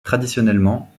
traditionnellement